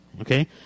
okay